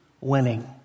winning